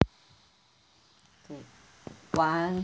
one